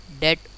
dead